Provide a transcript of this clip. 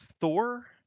Thor